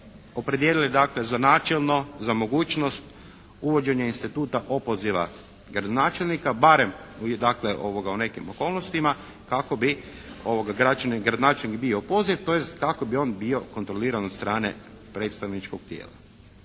opredijelili dakle za načelno za mogućnost uvođenja instituta opoziva gradonačelnika, barem dakle u nekim okolnostima kako bi građani, gradonačelnik bio opoziv, tj. kako bi on bio kontroliran od strane predstavničkog tijela.